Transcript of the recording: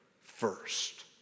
first